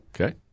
Okay